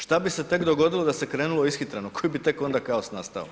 Šta bi se tek dogodilo da se krenulo ishitreno koji bi tek onda kaos nastao.